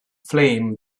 flame